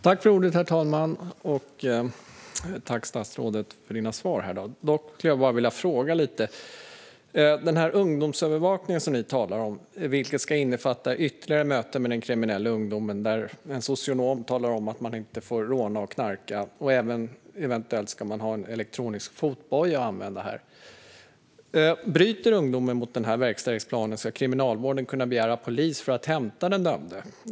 Herr talman! Jag tackar statsrådet för svaren på Thomas Morells frågor. Jag skulle dock vilja ställa vissa frågor själv. Den ungdomsövervakning som ni talar om ska innefatta ytterligare möten med den kriminelle ungdomen, där en socionom talar om att man inte får råna och knarka. Eventuellt ska även elektronisk fotboja användas. Bryter ungdomen mot verkställighetsplanen ska Kriminalvården kunna begära polis för att hämta den dömde.